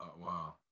wow